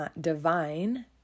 divine